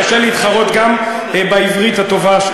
קשה להתחרות גם בעברית הטובה,